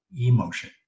emotion